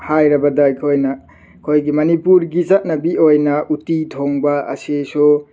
ꯍꯥꯏꯔꯕꯗ ꯑꯩꯈꯣꯏꯅ ꯑꯩꯈꯣꯏꯒꯤ ꯃꯅꯤꯄꯨꯔꯒꯤ ꯆꯠꯅꯕꯤ ꯑꯣꯏꯅ ꯎꯠꯇꯤ ꯊꯣꯡꯕ ꯑꯁꯤꯁꯨ